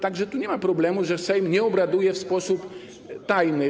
Tak że tu nie ma problemu, że Sejm nie obraduje w sposób tajny.